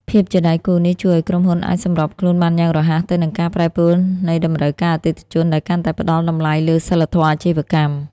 ភាពជាដៃគូនេះជួយឱ្យក្រុមហ៊ុនអាចសម្របខ្លួនបានយ៉ាងរហ័សទៅនឹងការប្រែប្រួលនៃតម្រូវការអតិថិជន ដែលកាន់តែផ្ដល់តម្លៃលើសីលធម៌អាជីវកម្ម។